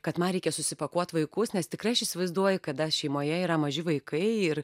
kad man reikia susipakuot vaikus nes tikrai aš įsivaizduoju kada šeimoje yra maži vaikai ir